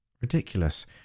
Ridiculous